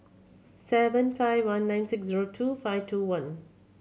seven five one nine six zero two five two one